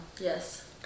yes